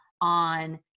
on